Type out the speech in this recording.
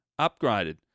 upgraded